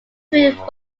through